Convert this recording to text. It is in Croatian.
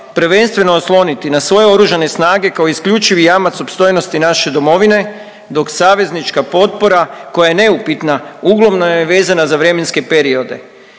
prvenstveno osloniti na svoje oružane snage kao isključivi jamac opstojnosti naše domovine dok saveznička potpora koja je neupitna, uglavnom je vezana za vremenske periode.